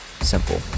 simple